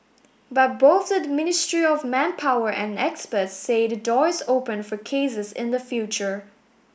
but both the Ministry of Manpower and experts say the door is open for cases in the future